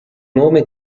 nome